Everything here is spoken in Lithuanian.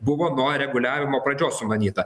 buvo nuo reguliavimo pradžios sumanyta